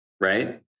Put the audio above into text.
right